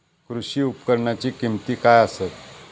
कृषी उपकरणाची किमती काय आसत?